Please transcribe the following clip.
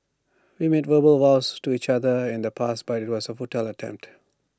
we made verbal vows to each other in the past but IT was A futile attempt